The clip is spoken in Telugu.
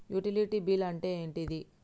యుటిలిటీ బిల్ అంటే ఏంటిది?